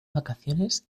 vacaciones